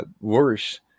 worse